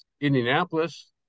Indianapolis